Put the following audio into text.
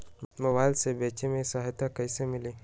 Mobile से बेचे में सहायता कईसे मिली?